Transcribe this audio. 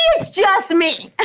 it's just me. and